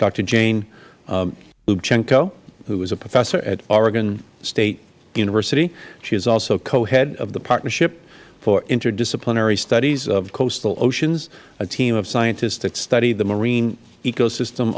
doctor jane lubchenco who is a professor at oregon state university she is also co head of the partnership for interdisciplinary studies of coastal oceans a team of scientists that studied the marine ecosystem